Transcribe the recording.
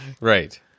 Right